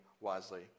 wisely